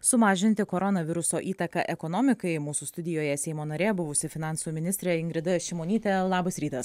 sumažinti koronaviruso įtaką ekonomikai mūsų studijoje seimo narė buvusi finansų ministrė ingrida šimonytė labas rytas